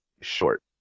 short